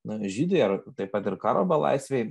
na žydai ar taip pat ir karo belaisviai